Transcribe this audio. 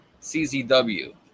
CZW